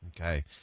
Okay